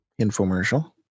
infomercial